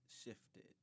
shifted